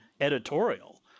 editorial